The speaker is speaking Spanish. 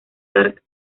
dark